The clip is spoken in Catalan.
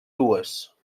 dues